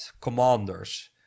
commanders